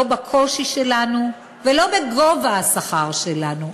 לא בקושי שלנו ולא בגובה השכר שלנו,